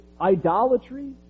idolatry